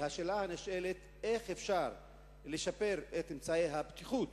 השאלה הנשאלת היא איך אפשר לשפר את אמצעי הבטיחות